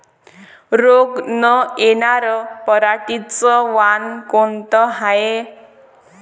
रोग न येनार पराटीचं वान कोनतं हाये?